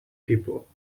people